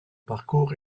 parcours